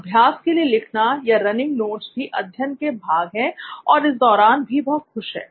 अभ्यास के लिए लिखना या रनिंग नोट्स भी अध्ययन के भाग हैं और इस दौरान भी वो खुश है